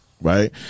Right